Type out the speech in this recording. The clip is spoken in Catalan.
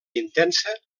intensa